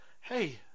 hey